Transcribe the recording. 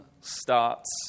starts